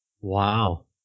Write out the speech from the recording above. Wow